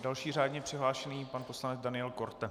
Dalším řádně přihlášeným je pan poslanec Daniel Korte.